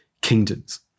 kingdoms